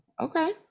okay